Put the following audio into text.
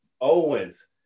Owens